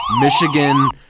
Michigan